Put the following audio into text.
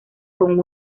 con